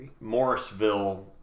Morrisville